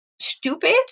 Stupid